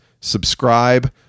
subscribe